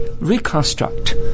reconstruct